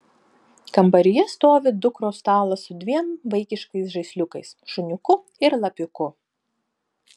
kambaryje stovi dukros stalas su dviem vaikiškais žaisliukais šuniuku ir lapiuku